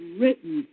written